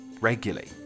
regularly